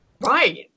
Right